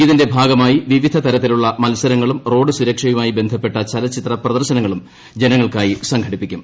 ഇതിന്റെ ഭാഗമായി വിവിധ തരത്തിലുള്ള മത്സരങ്ങളും റോഡ് സുരക്ഷയുമായി ബന്ധപ്പെട്ട ഷ്ലൂച്ചിത്ര പ്രദർശനങ്ങളും ജനങ്ങൾക്കായി സംഘടിപ്പിക്കും